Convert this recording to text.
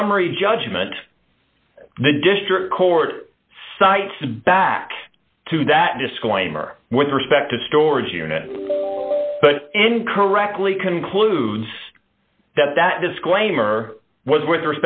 summary judgment the district court cites back to that disclaimer with respect to storage unit but incorrectly concludes that that disclaimer was with